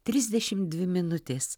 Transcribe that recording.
trisdešim dvi minutės